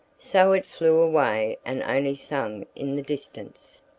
so it flew away and only sang in the distance.